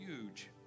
huge